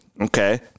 Okay